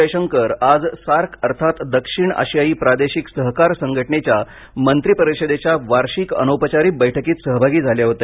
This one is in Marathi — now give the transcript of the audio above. जयशंकर आज सार्क अर्थात दक्षिण आशियाई प्रादेशिक सहकार संघटनेच्या मंत्री परिषदेच्या वार्षिक अनौपचारिक बैठकीत सहभागी झाले होते